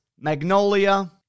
Magnolia